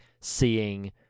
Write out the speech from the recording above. seeing